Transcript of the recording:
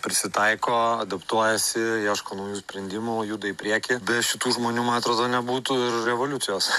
prisitaiko adaptuojasi ieško naujų sprendimų juda į priekį be šitų žmonių man atrodo nebūtų ir revoliucijos